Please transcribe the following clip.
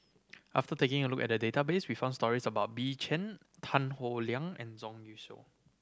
after taking a look at the database we found stories about Bill Chen Tan Howe Liang and Zhang Youshuo